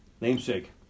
Namesake